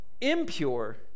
impure